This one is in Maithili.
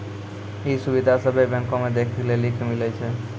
इ सुविधा सभ्भे बैंको मे देखै के लेली मिलै छे